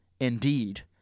indeed